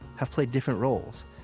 have played different roles.